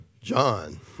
John